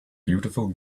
beautiful